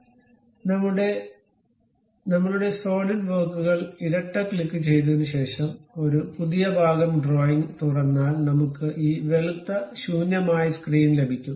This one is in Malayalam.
അതിനാൽ നമ്മളുടെ സോളിഡ് വർക്കുകൾ ഇരട്ട ക്ലിക്കുചെയ്തതിനുശേഷം ഒരു പുതിയ ഭാഗം ഡ്രോയിംഗ് തുറന്നാൽ നമുക്ക് ഈ വെളുത്ത ശൂന്യമായ സ്ക്രീൻ ലഭിക്കും